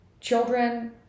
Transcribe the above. children